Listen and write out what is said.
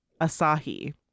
Asahi